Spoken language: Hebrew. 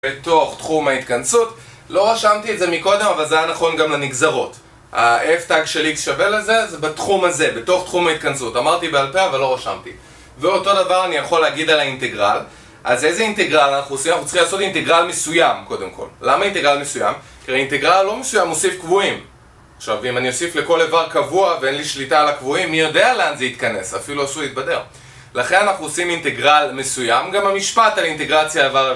בתוך תחום ההתכנסות, לא רשמתי את זה מקודם, אבל זה היה נכון גם לנגזרות. ה-f' של x שווה לזה, זה בתחום הזה, בתוך תחום ההתכנסות, אמרתי בעל פה אבל לא רשמתי. ואותו דבר אני יכול להגיד על האינטגרל, אז איזה אינטגרל אנחנו עושים? אנחנו צריכים לעשות אינטגרל מסוים קודם כל. למה אינטגרל מסוים? כי לאינטגרל הלא מסוים נוסיף קבועים. עכשיו אם אני אוסיף לכל איבר קבוע ואין לי שליטה על הקבועים, מי יודע לאן זה יתכנס, אפילו עשוי להתבדל. לכן אנחנו עושים אינטגרל מסוים, גם המשפט על אינטגרציה עבר